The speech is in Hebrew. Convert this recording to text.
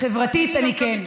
חברתית אני כן,